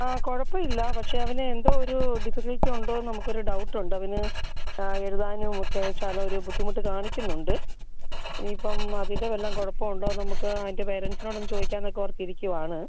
ആ കുഴപ്പമില്ല പക്ഷേ അവന് എന്തോ ഒരു ഡിസെബിലിറ്റി ഉണ്ടോ നമുക്കൊരു ഡൗട്ട് ഉണ്ട് അവന് എഴുതാനും ഒക്കെ വെച്ചാലൊരു ബുദ്ധിമുട്ട് കാണിക്കുന്നുണ്ട് ഇനി ഇപ്പം അതിൻ്റെ വല്ല കുഴപ്പം ഉണ്ടോ നമുക്ക് അവൻ്റെ പേരൻറ്സിനോട് ചോദിക്കാം എന്നൊക്കെ ഓർത്തിരിക്കുവാണ്